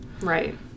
Right